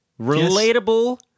Relatable